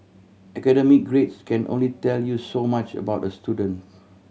academic grades can only tell you so much about a student